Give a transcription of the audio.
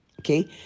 okay